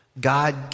God